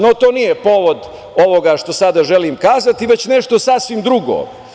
No, to nije povod ovoga što sada želim kazati, već nešto sasvim drugo.